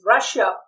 Russia